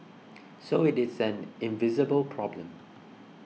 so it is an invisible problem